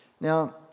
Now